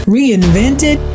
Reinvented